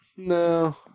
No